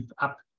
up